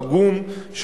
עגום,